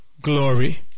glory